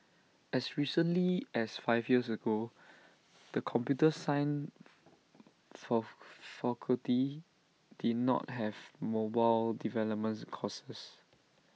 as recently as five years ago the computer science fall faculty did not have mobile developments courses